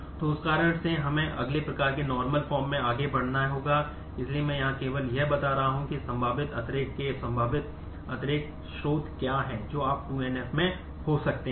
और उस कारण से हमें अगले प्रकार के नार्मल फॉर्म स्रोत क्या हैं जो आप 2 NF में हो सकते हैं